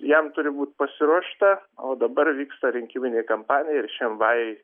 jam turi būt pasiruošta o dabar vyksta rinkiminė kampanija ir šiam vajui